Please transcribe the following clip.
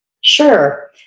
Sure